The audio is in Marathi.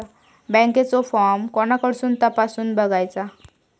बँकेचो फार्म कोणाकडसून तपासूच बगायचा?